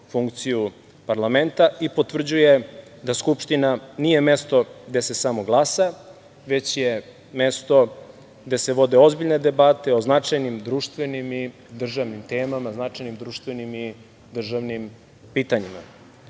funkciju parlamenta i potvrđuje da Skupština nije mesto gde se samo glasa, već je mesto gde se vode ozbiljne debate o značajnim društvenim i državnim temama i pitanjima. Kao